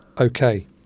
okay